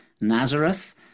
Nazareth